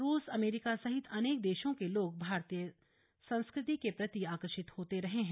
रूस अमेरिका सहित अनेक देशों के लोग भारतीय संस्कृति के प्रति आकर्षित हो रहे हैं